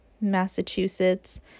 Massachusetts